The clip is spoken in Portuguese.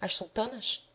as sultanas